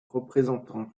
représentant